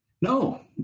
No